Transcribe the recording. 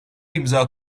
imza